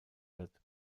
wird